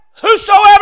whosoever